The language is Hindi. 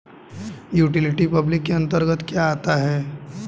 यूटिलिटी पब्लिक के अंतर्गत क्या आता है?